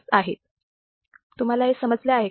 तुम्हाला हे समजले आहे का